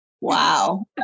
Wow